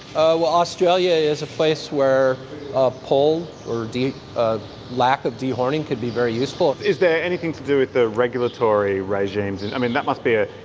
ah well, australia is a place where ah polled or the lack of dehorning could be very useful. is there anything to do with the regulatory regimes? i mean, that must be a,